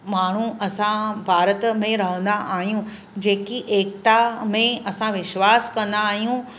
माण्हू असां भारत में रहंदा आहियूं जेकी एकता में असां विश्वासु कंदा आहियूं